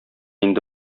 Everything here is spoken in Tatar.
инде